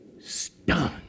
stunned